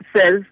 says